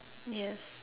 yes